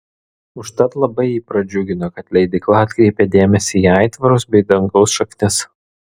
užtat labai jį pradžiugino kad leidykla atkreipė dėmesį į aitvarus bei dangaus šaknis